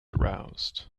aroused